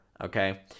okay